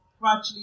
gradually